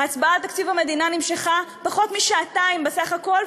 ההצבעה על תקציב המדינה נמשכה פחות משעתיים בסך הכול,